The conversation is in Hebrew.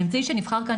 האמצעי שנבחר כאן,